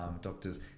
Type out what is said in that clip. doctors